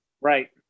right